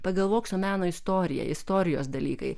pagalvok su meno istorija istorijos dalykai